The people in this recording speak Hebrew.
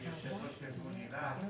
ויושב ראש ארגון היל"ה.